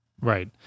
Right